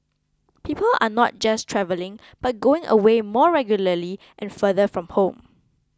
people are not just travelling but going away more regularly and farther from home